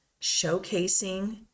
showcasing